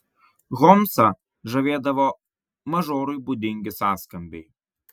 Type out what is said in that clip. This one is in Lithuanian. holmsą žavėdavo mažorui būdingi sąskambiai